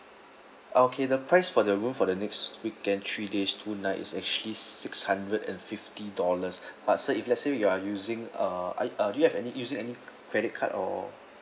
okay the price for the room for the next weekend three days two nights is actually six hundred and fifty dollars uh sir if lets say you are using uh are you uh do you have any using any credit card or